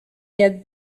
get